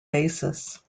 basis